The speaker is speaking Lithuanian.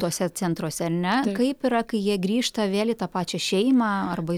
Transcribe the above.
tuose centruose ar ne kaip yra kai jie grįžta vėl į tą pačią šeimą arba